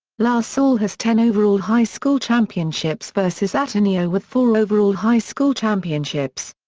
la salle has ten overall high school championships versus ateneo with four overall high school championships.